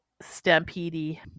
stampede